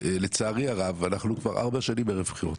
לצערי הרב אנחנו כבר 4 שנים ערב בחירות,